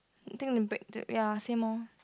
think we break it ya same lor